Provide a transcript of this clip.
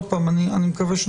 אני מקווה,